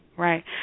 Right